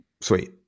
sweet